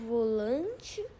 Volante